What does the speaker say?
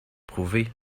prouvé